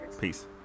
peace